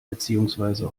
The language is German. beziehungsweise